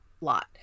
lot